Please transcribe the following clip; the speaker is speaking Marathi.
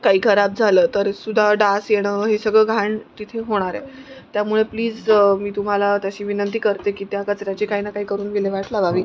काही खराब झालं तरसुद्धा डास येणं हे सगळं घाण तिथे होणार आहे त्यामुळे प्लीज मी तुम्हाला तशी विनंती करते की त्या कचऱ्याची काही ना काय करून विल्हेवाट लावावी